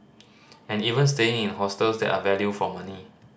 and even staying in hostels that are value for money